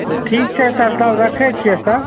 ठीक छै सर तब राखै छिए